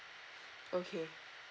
okay